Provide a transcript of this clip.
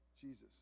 Jesus